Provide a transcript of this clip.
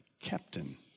captain